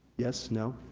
yes, no?